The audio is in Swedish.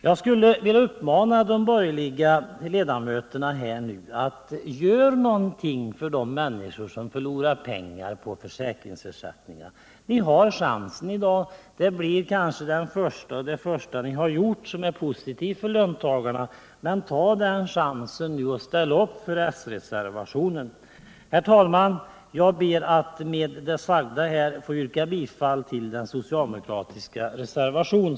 Jag skulle vilja uppmana de borgerliga ledamöterna att göra någonting för de människor som förlorar pengar på försäkringsersättningen. Ni har chansen i dag — det blir kanske det första ni gör som är positivt för löntagarna. Ta den chansen och ställ upp för s-reservationen! Herr talman! Med det sagda ber jag att få yrka bifall till den socialdemokratiska reservationen.